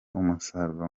umusaruro